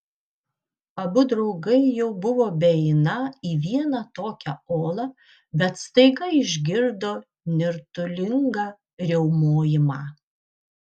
abu draugai jau buvo beeiną į vieną tokią olą bet staiga išgirdo nirtulingą riaumojimą